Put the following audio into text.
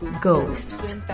Ghost